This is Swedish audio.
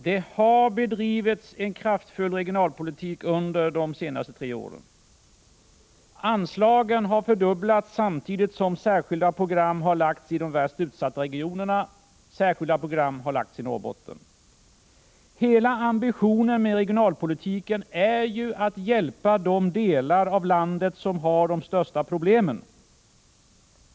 Herr talman! Det har bedrivits en kraftfull regionalpolitik under de senaste tre åren. Anslagen har fördubblats, samtidigt som särskilda program har lagts fram när det gäller de värst utsatta regionerna. Särskilda program har lagts fram för Norrbotten. Hela ambitionen med regionalpolitiken är ju att hjälpa de delar av landet som har de största problemen.